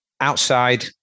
outside